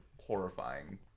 horrifying